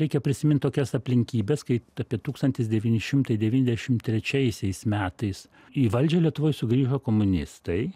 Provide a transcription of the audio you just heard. reikia prisimint tokias aplinkybes kai apie tūkstantis devyni šimtai devyniasdešim trečiaisiais metais į valdžią lietuvoj sugrįžo komunistai